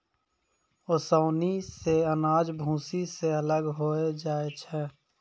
ओसौनी सें अनाज भूसी सें अलग होय जाय छै